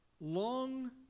Long